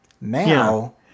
Now